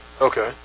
Okay